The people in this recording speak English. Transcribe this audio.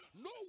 No